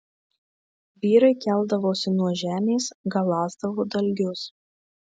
vyrai keldavosi nuo žemės galąsdavo dalgius